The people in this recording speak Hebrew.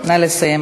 נא לסיים,